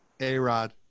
A-Rod